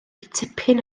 tipyn